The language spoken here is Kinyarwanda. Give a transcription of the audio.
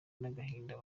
n’agahinda